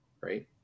Right